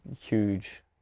huge